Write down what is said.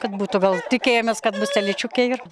kad būtų gal tikėjomės kad bus telyčiukė ir